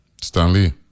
Stanley